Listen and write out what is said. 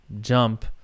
jump